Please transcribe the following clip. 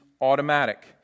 automatic